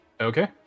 Okay